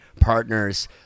partners